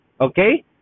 Okay